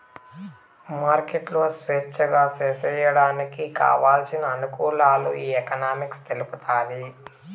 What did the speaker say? మార్కెట్లు స్వేచ్ఛగా సేసేయడానికి కావలసిన అనుకూలాలు ఈ ఎకనామిక్స్ చూపుతాది